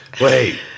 wait